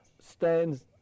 stands